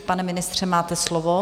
Pane ministře, máte slovo.